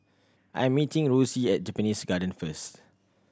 I'm meeting Rosie at Japanese Garden first